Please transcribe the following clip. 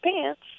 pants